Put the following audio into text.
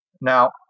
Now